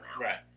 Right